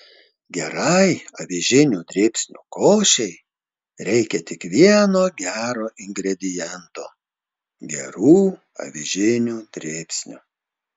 gerai avižinių dribsnių košei reikia tik vieno gero ingrediento gerų avižinių dribsnių